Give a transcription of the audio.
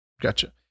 Gotcha